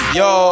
yo